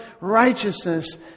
righteousness